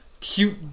cute